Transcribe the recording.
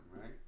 right